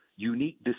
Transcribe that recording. Unique